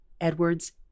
Edwards